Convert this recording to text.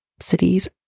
cities